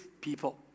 people